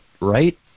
right